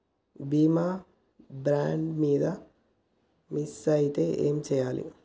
బీమా bond miss అయితే ఏం చేయాలి?